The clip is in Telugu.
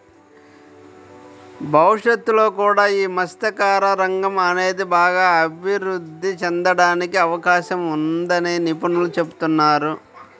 భవిష్యత్తులో కూడా యీ మత్స్యకార రంగం అనేది బాగా అభిరుద్ధి చెందడానికి అవకాశం ఉందని నిపుణులు చెబుతున్నారు